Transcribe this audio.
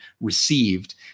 received